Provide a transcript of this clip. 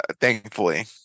thankfully